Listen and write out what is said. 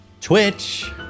Twitch